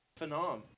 Phenom